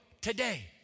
today